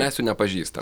mes jų nepažįstam